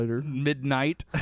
midnight